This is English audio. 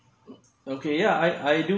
okay yeah I I do